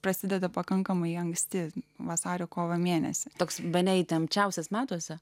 prasideda pakankamai anksti vasario kovo mėnesį toks bene įtempčiausias metuose